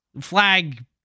Flag